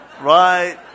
Right